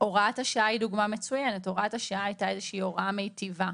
(הוראת שעה), (מס' 4), התשפ"ב-2022.